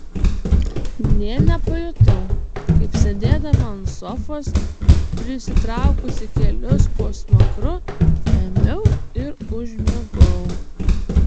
nė nepajutau kaip sėdėdama ant sofos prisitraukusi kelius po smakru ėmiau ir užmigau